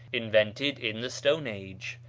invented in the stone age.